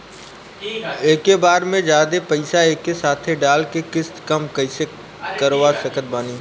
एके बार मे जादे पईसा एके साथे डाल के किश्त कम कैसे करवा सकत बानी?